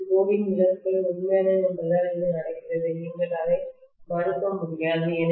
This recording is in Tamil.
இது கோரின் இழப்புகள் உண்மையானது என்பதால் இது நடக்கிறது நீங்கள் அதை மறுக்க முடியாது